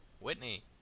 Whitney